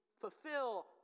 fulfill